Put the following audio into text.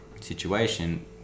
situation